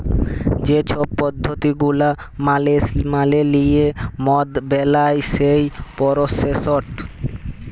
যে ছব পদ্ধতি গুলা মালে লিঁয়ে মদ বেলায় সেই পরসেসট